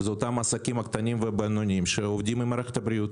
זה אותם עסקים קטנים ובינוניים שעובדים עם מערכת הבריאות.